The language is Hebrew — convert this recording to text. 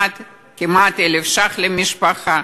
כמעט מינוס 1,000 שקל למשפחה.